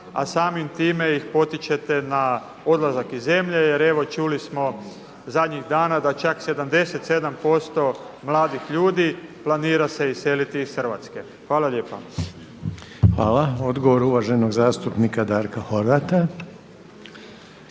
a samim time ih potičete na odlazak iz zemlje. Jer evo čuli smo zadnjih dana da čak 77% mladih ljudi planira se iseliti iz Hrvatske. Hvala lijepa. **Reiner, Željko (HDZ)** Hvala. Odgovor uvaženog zastupnika Darka Horvata.